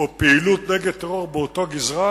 או פעילות נגד טרור באותה גזרה,